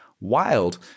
wild